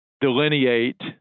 delineate